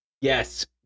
yes